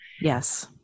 Yes